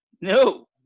No